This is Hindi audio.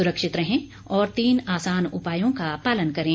सुरक्षित रहें और तीन आसान उपायों का पालन करें